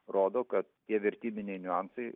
rodo kad tie vertybiniai niuansai